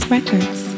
Records